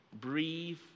Breathe